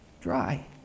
Dry